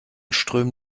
strömen